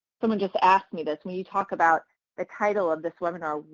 someone just asked me this. when you talk about the title of this webinar,